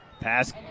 pass